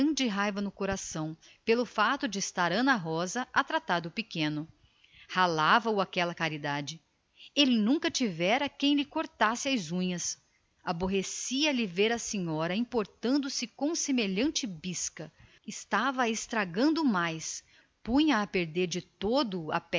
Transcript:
levando no coração uma grande raiva só pelo fato de ver a filha do patrão acarinhando o outro ralava o aquela caridade ele nunca tivera quem lhe cortasse as unhas amofinava o ver a sra d ana rosa às voltas com semelhante bisca punha a perder de todo